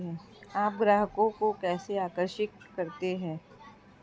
आप ग्राहकों को कैसे आकर्षित करते हैं?